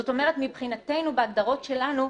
זאת אומרת מבחינתנו, בהגדרות שלנו,